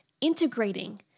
integrating